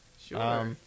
Sure